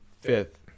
fifth